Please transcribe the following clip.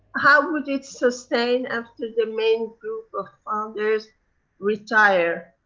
how would it sustain after the main group of founders retire?